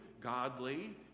godly